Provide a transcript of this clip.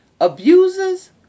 Abusers